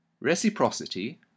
Reciprocity